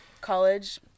college